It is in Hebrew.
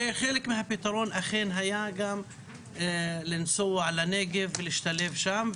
וחלק מהפתרון, אכן, היה לנסוע לנגב ולהשתלב שם.